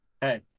Hey